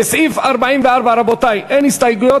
לסעיף 44, רבותי, אין הסתייגויות.